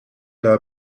n’a